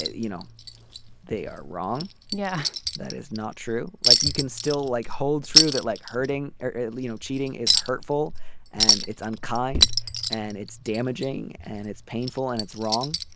you know they are wrong. yeah that is not true. like you can still like hold true that like hurting you know cheating is hurtful and it's unkind and it's damaging and it's painful and it's wrong.